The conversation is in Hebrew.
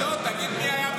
בוא, תגיד, מי היה בממשלה?